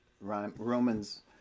Romans